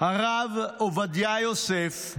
הרב עובדיה יוסף,